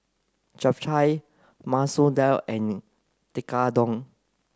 Japchae Masoor Dal and Tekkadon